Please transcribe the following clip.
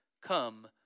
come